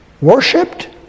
worshipped